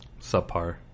Subpar